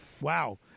wow